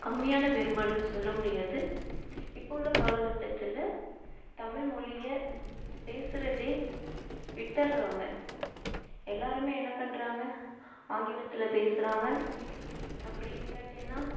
கம்மியான வேறுபாடுன்னு சொல்ல முடியாது இப்போது உள்ள காலகட்டத்தில் தமிழ் மொழியை பேசுகிறதே விட்டுர்றாங்க எல்லாரும் என்ன பண்ணுறாங்க ஆங்கிலத்தில் பேசுகிறாங்க அப்படி இல்லாட்டினால்